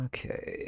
Okay